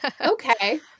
okay